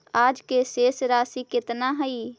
आज के शेष राशि केतना हई?